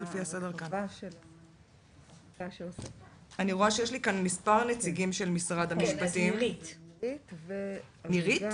נירית